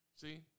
See